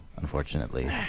unfortunately